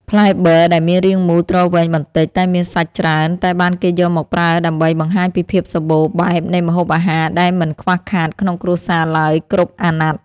ផ្លែប័រដែលមានរាងមូលទ្រវែងបន្តិចតែមានសាច់ច្រើនត្រូវបានគេយកមកប្រើដើម្បីបង្ហាញពីភាពសម្បូរបែបនៃម្ហូបអាហារដែលមិនខ្វះខាតក្នុងគ្រួសារឡើយគ្រប់អាណត្តិ។